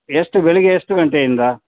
ಎಷ್ಟು ಬೆಳಗ್ಗೆ ಎಷ್ಟು ಗಂಟೆಯಿಂದ